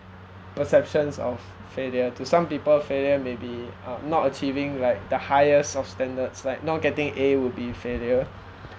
perceptions of failure to some people failure maybe uh not achieving like the highest of standards like not getting A will be failure